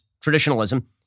traditionalism